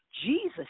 jesus